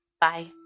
Bye